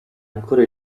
ancora